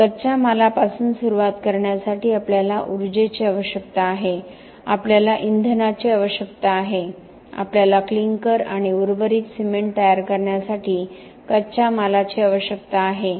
तर कच्च्या मालापासून सुरुवात करण्यासाठी आपल्याला उर्जेची आवश्यकता आहे आपल्याला इंधनाची आवश्यकता आहे आपल्याला क्लिंकर आणि उर्वरित सिमेंट तयार करण्यासाठी कच्च्या मालाची आवश्यकता आहे